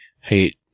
Hey